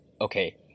okay